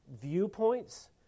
viewpoints